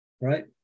right